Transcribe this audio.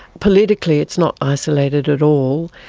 politically it's not isolated at all,